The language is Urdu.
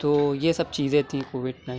تو یہ سب چیزیں تھی کووڈ نائن